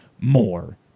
more